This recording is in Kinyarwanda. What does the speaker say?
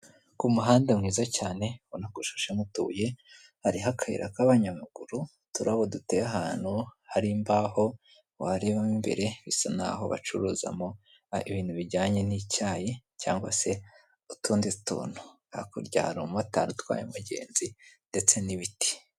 Ku muhanda mwiza cyane ubonako ushashemo utuye, hariho akayira k'abanyamaguru uturabo duteyeye ahantu, hari imbaho, warebamo imbere bisa naho bacuruzamo ibintu bijyanye n'icyayi, cyangwa se utundi tuntu. Hakurya hari umumotari utwaye umugenzi ndetse n'ibiti.